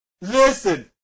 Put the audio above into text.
Listen